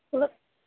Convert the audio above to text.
অলপ